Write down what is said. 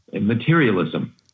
Materialism